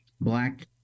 black